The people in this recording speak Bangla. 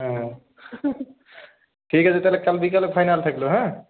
হ্যাঁ হ্যাঁ ঠিক আছে তাহলে কাল বিকালে ফাইনাল থাকলো হ্যাঁ